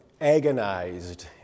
agonized